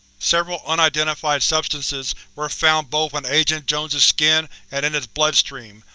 several unidentified substances were found both on agent jones' skin and in his bloodstream,